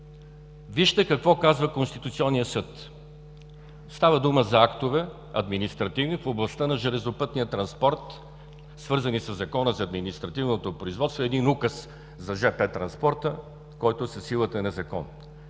Вижте какво казва Конституционният съд. Става дума за административни актове в областта на железопътния транспорт, свързани със Закона за административното производство, един указ за жп транспорта, който е със силата на закон.